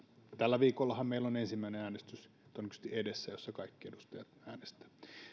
tällä viikollahan meillä on todennäköisesti edessä ensimmäinen äänestys jossa kaikki edustajat äänestävät